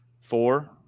Four